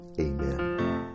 amen